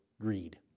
greed